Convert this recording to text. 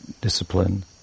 discipline